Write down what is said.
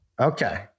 Okay